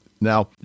now